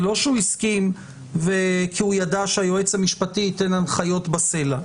זה לא שהוא הסכים כי הוא ידע שהיועץ המשפטי ייתן הנחיות בסלע.